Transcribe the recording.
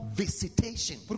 visitation